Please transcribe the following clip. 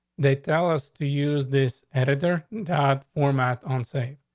they tell us to use this editor at format on site.